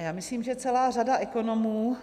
Já myslím, že celá řada ekonomů